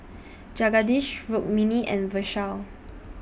Jagadish Rukmini and Vishal